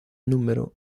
núm